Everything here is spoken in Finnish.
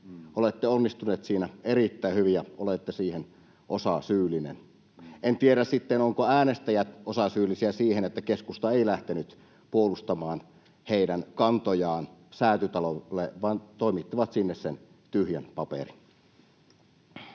Olette onnistuneet siinä erittäin hyvin, ja olette siihen osasyyllinen. En tiedä sitten, ovatko äänestäjät osasyyllisiä siihen, että keskusta ei lähtenyt puolustamaan heidän kantojaan Säätytalolle vaan toimitti sinne sen tyhjän paperin.